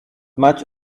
much